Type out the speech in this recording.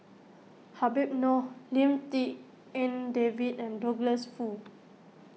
Habib Noh Lim Tik En David and Douglas Foo